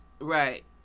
right